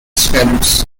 scripts